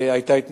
היתה התנצלות.